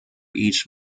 each